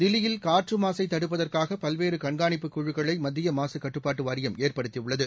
தில்லியில் காற்று மாசை தடுப்பதற்காக பல்வேறு கண்கானிப்புக் குழுக்களை மத்திய மாக கட்டுப்பாட்டு வாரியம் ஏற்படுத்தியுள்ளது